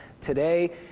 today